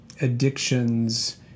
addictions